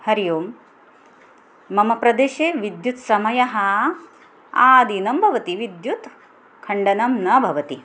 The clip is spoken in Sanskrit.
हरि ओं मम प्रदेशे विद्युत्समयः आदिनं भवति विद्युत्खण्डनं न भवति